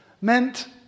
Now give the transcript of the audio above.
meant